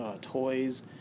toys